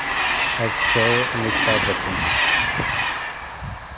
actor ऐ ओह् अमीता बचन